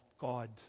God